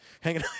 Hanging